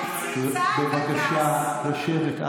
בבקשה לשבת.